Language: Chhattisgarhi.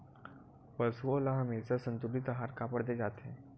पशुओं ल हमेशा संतुलित आहार काबर दे जाथे?